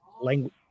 language